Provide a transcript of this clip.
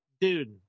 Dude